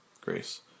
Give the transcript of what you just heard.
Grace